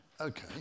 Okay